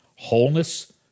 Wholeness